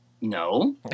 no